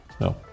No